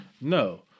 No